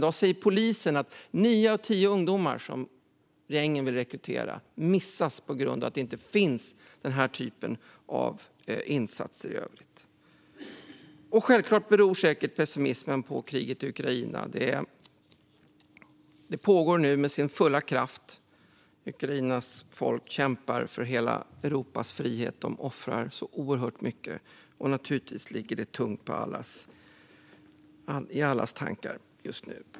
Polisen säger att nio av tio ungdomar som gängen vill rekrytera missas i dag på grund av att den typen av insatser inte finns. Självklart beror pessimismen också på kriget i Ukraina. Det pågår nu med full kraft. Ukrainas folk kämpar för hela Europas frihet. De offrar oerhört mycket. Naturligtvis ligger det tungt i allas tankar just nu.